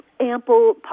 ample